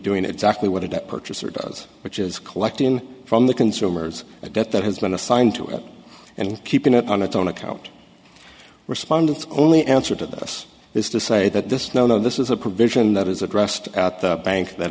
doing exactly what a debt purchaser does which is collecting from the consumers a debt that has been assigned to it and keeping it on its own account respondants only answer to this is to say that this no no this is a provision that is addressed at the bank that